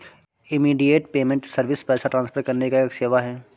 immediate payment service पैसा transfer करने का एक सेवा है